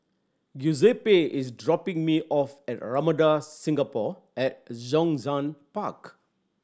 Giuseppe is dropping me off at Ramada Singapore at Zhongshan Park